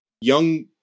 young